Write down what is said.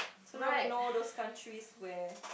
so now we know those countries where